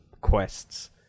quests